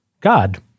God